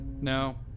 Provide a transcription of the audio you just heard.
No